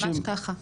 ממש ככה, ממש ככה.